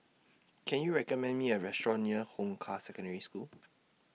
Can YOU recommend Me A Restaurant near Hong Kah Secondary School